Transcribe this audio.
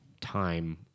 time